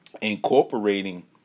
incorporating